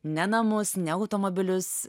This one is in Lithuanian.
ne namus ne automobilius